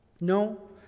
No